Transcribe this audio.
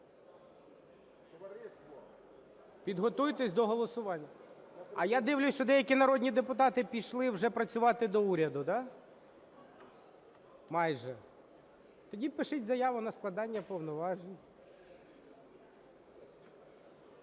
Підготуйтесь до голосування. А я дивлюсь, що деякі народні депутати пішли вже працювати до уряду, да? Майже. Тоді пишіть заяву на складання повноважень.